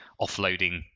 offloading